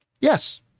yes